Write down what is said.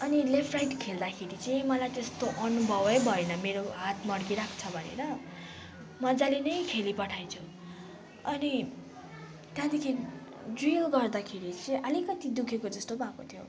अनि left right खेल्दाखेरि चाहिँ मलाई त्यस्तो अनुभवै भएन मेरो हात मर्किरहेको छ भनेर मज्जाले नै खेलिपठाएछु अनि त्यहाँदेखि ड्रिल गर्दाखेरि चाहिँ अलिकति दुखेकोजस्तो भएको थियो